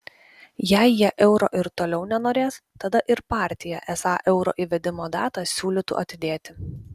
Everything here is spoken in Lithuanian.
jei jie euro ir toliau nenorės tada ir partija esą euro įvedimo datą siūlytų atidėti